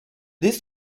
this